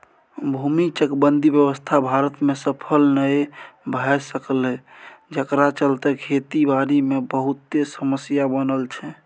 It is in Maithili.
भूमि चकबंदी व्यवस्था भारत में सफल नइ भए सकलै जकरा चलते खेती बारी मे बहुते समस्या बनल छै